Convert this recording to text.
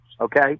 okay